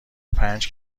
پنج